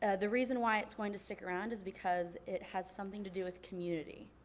ah the reason why it's going to stick around is because it has something to do with community.